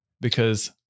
Because-